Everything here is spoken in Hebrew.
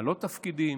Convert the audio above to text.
בעלות תפקידים.